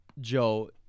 Joe